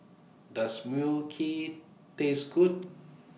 Does Mui Kee Taste Good